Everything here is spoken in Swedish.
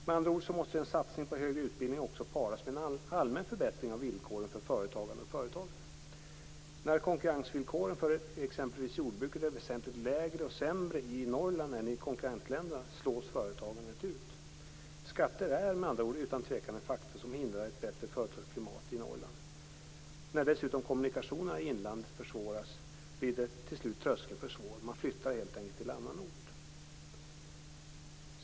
Med andra ord måste en satsning på högre utbildning också paras med en allmän förbättring av villkoren för företagande och företagare. När konkurrensvillkoren för exempelvis jordbruket är väsentligt sämre i Norrland än i konkurrentländerna slås företagandet ut. Skatter är med andra ord utan tvekan en faktor som hindrar ett bättre företagsklimat i Norrland. När dessutom kommunikationerna i inlandet försvåras blir till slut tröskeln för svår: Man flyttar helt enkelt till annan ort.